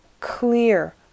clear